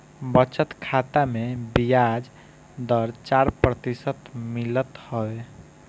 बचत खाता में बियाज दर चार प्रतिशत मिलत हवे